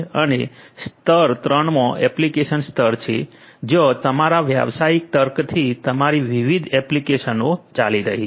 અને સ્તર 3 માં એપ્લિકેશન સ્તર છે જ્યાં તમારા વ્યવસાયિક તર્કથી તમારી વિવિધ એપ્લિકેશનો ચાલી રહી છે